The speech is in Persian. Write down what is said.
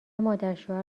مادرشوهر